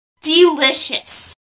delicious